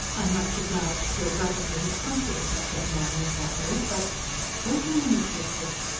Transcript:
i'm much obliged to your brother for his confidence, said mahony dryly but wait a minute, richard!